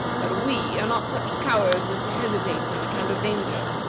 but we are not such cowards as to hesitate on account of danger.